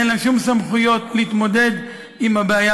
אין להם שום סמכויות להתמודד עם הבעיה,